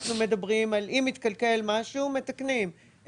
אנחנו מדברים על אם מתקלקל משהו מתקנים,